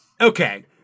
Okay